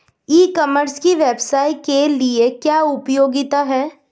ई commerce की व्यवसाय के लिए क्या उपयोगिता है?